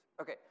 Okay